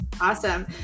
Awesome